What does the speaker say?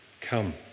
Come